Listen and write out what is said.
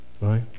Right